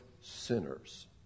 sinners